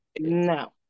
No